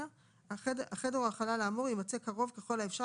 (ג)החדר או החלל האמור יימצא קרוב ככל האפשר